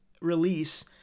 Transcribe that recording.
release